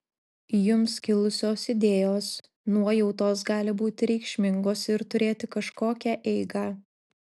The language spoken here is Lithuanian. jums kilusios idėjos nuojautos gali būti reikšmingos ir turėti kažkokią eigą